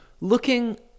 looking